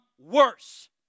worse